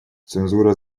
цензура